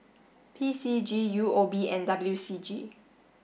P C G U O B and W C G